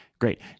Great